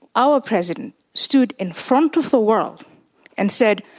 our president stood in front of the world and said,